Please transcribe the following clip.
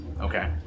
Okay